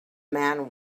man